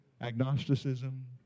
agnosticism